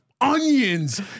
onions